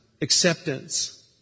acceptance